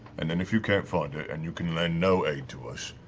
and then if you can't find it and you can lend no aid to us,